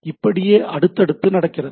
இப்படியே அடுத்தடுத்து நடக்கிறது